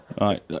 Right